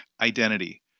identity